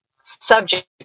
subject